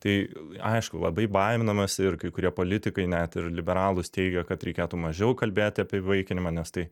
tai aišku labai baiminamės ir kai kurie politikai net ir liberalūs teigia kad reikėtų mažiau kalbėti apie įvaikinimą nes tai